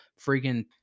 freaking